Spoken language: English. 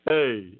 Hey